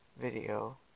video